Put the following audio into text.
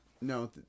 No